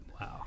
Wow